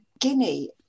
guinea